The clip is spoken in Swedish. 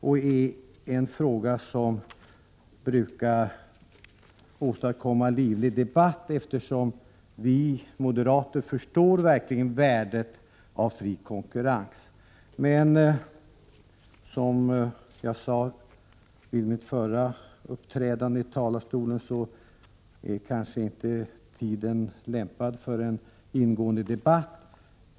Det är en fråga som brukar åstadkomma livlig debatt, eftersom vi moderater verkligen förstår värdet av fri konkurrens. Men som jag sade i talarstolen i mitt anförande i föregående ärende är tiden kanske inte lämpad för en ingående debatt.